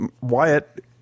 Wyatt